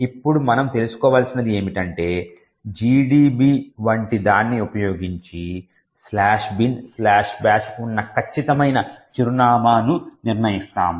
ఇప్పుడు మనం తెలుసుకోవలసినది ఏమిటంటే GDB వంటిదాన్ని ఉపయోగించి "binbash" ఉన్న ఖచ్చితమైన చిరునామాను నిర్ణయిస్తాము